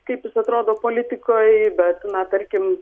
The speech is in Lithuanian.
kaip jis atrodo politikoj bet na tarkim